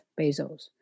Bezos